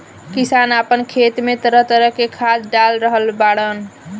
किसान आपना खेत में तरह तरह के खाद डाल रहल बाड़न